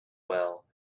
well